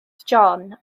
john